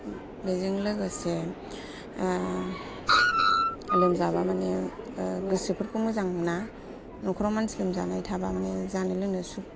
बेजों लोगोसे लोमजाबा माने गोसोफोरखौ मोजां मोना नख'राव मानसि लोमजानाय थाबा माने जानो लोंनो सुख